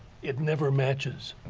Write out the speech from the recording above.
it never matches.